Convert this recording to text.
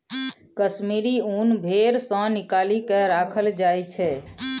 कश्मीरी ऊन भेड़ सँ निकालि केँ राखल जाइ छै